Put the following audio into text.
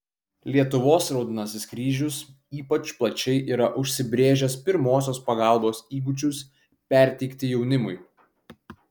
lietuvos raudonasis kryžius ypač plačiai yra užsibrėžęs pirmosios pagalbos įgūdžius perteikti jaunimui